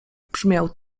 brzmiał